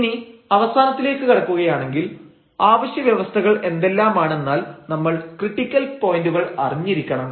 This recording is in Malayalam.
ഇനി അവസാനത്തിലേക്ക് കടക്കുകയാണെങ്കിൽ ആവശ്യ വ്യവസ്ഥകൾ എന്തെല്ലാമാണെന്നാൽ നമ്മൾ ക്രിട്ടിക്കൽ പോയന്റുകൾ അറിഞ്ഞിരിക്കണം